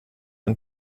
ein